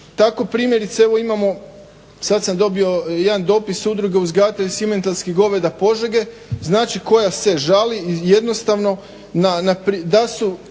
Tako primjerice imamo, sad sam dobio jedan dopis udruge uzgajatelja simentalkih goveda Požege znači koja se žali i jednostavno da su